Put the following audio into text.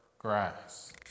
Grass